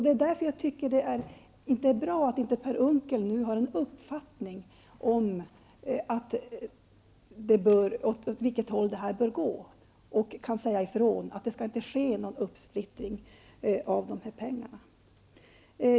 Det är därför inte bra att inte Per Unckel nu har en uppfattning om åt vilket håll detta bör gå, så att han kan säga ifrån att det inte skall ske någon splittring av dessa pengar.